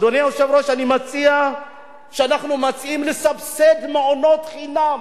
אדוני היושב-ראש, אנחנו מציעים לסבסד מעונות חינם.